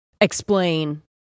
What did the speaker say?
explain